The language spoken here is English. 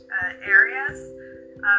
areas